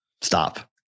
Stop